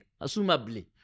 assumably